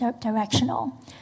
directional